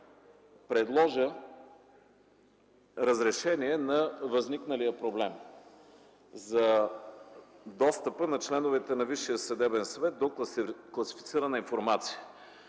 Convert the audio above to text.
предложа разрешение на възникналия проблем за достъпа на членовете на Висшия съдебен съвет до класифицирана информация.